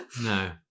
No